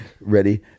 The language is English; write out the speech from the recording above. Ready